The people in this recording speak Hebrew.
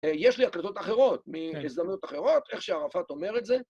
יש לי הקלטות אחרות, איך שערפאת אומרת זה.